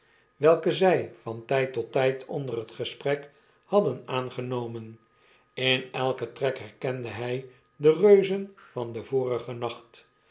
welke zfl van t jd tot tyd onder het gesprek hadden aangenomen in elken trek herkende hy de renzen van den vorigen nacht